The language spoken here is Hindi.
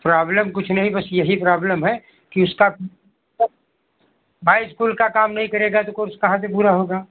प्रॉब्लम कुछ नहीं बस यही प्रॉब्लम है कि उसका भाई स्कूल का काम नहीं करेगा तो कोर्स कहाँ से पूरा होगा